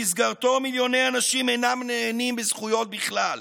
שבמסגרתו מיליוני אנשים אינם נהנים מזכויות בכלל,